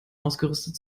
ausgerüstet